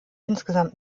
insgesamt